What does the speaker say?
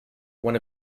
one